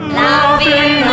laughing